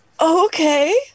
okay